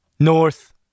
North